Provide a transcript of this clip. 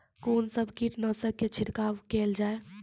कून सब कीटनासक के छिड़काव केल जाय?